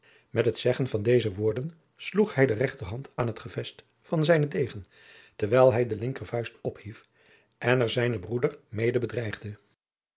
met het zeggen van deze woorden sloeg hij de rechterhand aan het gevest van zijnen degen terwijl hij de linkervuist ophief en er zijnen broeder mede bedreigde